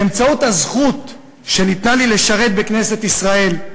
באמצעות הזכות שניתנה לי, לשרת בכנסת ישראל,